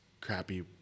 crappy